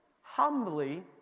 humbly